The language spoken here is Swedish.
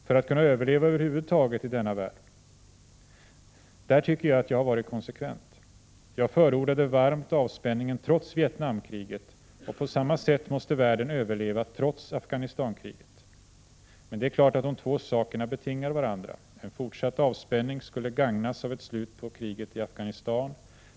För att kunna överleva över huvud taget i denna värld. Där tycker jag att jag har varit konsekvent. Jag förordade varmt avspänningen trots Vietnamkriget och på samma sätt måste världen överleva trots Afghanistankriget. Men det är klart att de två sakerna betingar varandra. En fortsatt avspänning skull gagnas av ett slut på kriget i Afghanistan.